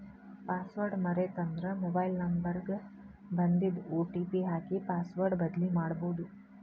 password ಮರೇತಂದ್ರ mobile number ಗ ಬನ್ದಿದ್ ಒ.ಟಿ.ಪಿ ಹಾಕಿ ಪಾಸ್ವರ್ಡ್ ಬದ್ಲಿಮಾಡ್ಬೊದು